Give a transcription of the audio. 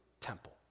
temple